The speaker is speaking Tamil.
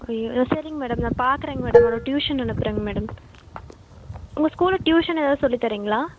ஐயோ சரிங்க மேடம் நான் பார்க்குறேங்க மேடம் அவளை டியூஷன் அனுப்புகிறேங்க மேடம் உங்கள் ஸ்கூலில் டியூஷன் ஏதாவது சொல்லி தரீங்களா